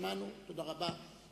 שמענו, תודה רבה.